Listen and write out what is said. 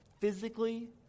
physically